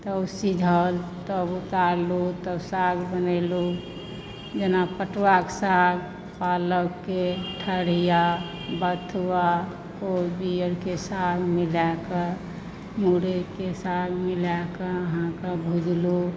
तब सिझल तब उतारलहुॅं तब साग बनेलहुॅं जेना पटुआके साग पालक के ठरिआ बथुआ कोबी आर के साग मिला कऽ मुरै के साग मिलाकऽ अहाँके भुजलहुॅं